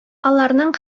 аларның